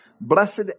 Blessed